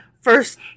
first